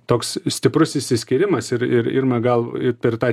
toks stiprus išsiskyrimas ir irma gal ir per tą